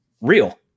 real